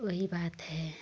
वही बात है